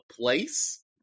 place